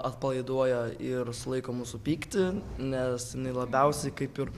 atpalaiduoja ir sulaiko mūsų pyktį nes jinai labiausiai kaip ir